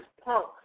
punk